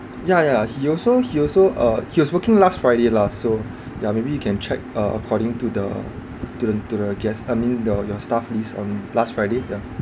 ya ya he also he also uh he was working last friday lah so yeah maybe you can check uh according to the to the to the guest I mean your your staff list on last friday yeah